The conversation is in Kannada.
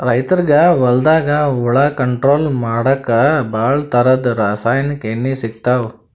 ರೈತರಿಗ್ ಹೊಲ್ದಾಗ ಹುಳ ಕಂಟ್ರೋಲ್ ಮಾಡಕ್ಕ್ ಭಾಳ್ ಥರದ್ ರಾಸಾಯನಿಕ್ ಎಣ್ಣಿ ಸಿಗ್ತಾವ್